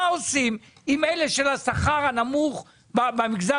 מה עושים עם אלה עם השכר הנמוך במגזר